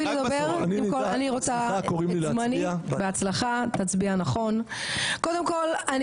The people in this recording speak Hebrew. הדיון הענייני, לא הפוליטי, לא האופוזיציוני, זה